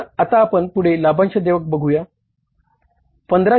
तर आता आपण पुढे लाभांश देयक बघूया